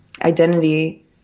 identity